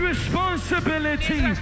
responsibility